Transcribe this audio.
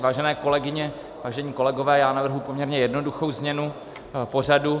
Vážené kolegyně, vážení kolegové, já navrhnu poměrně jednoduchou změnu pořadu.